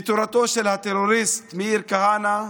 בתורתו של הטרוריסט מאיר כהנא,